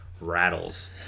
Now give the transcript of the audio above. rattles